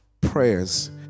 prayers